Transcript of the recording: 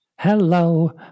Hello